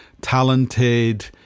talented